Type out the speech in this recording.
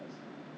ah